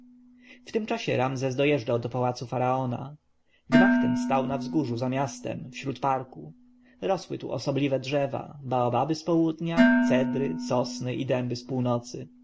w tym czasie ramzes dojeżdżał do pałacu faraona gmach ten stał na wzgórzu za miastem wśród parku rosły tu osobliwe drzewa baobaby z południa cedry sosny i dęby z północy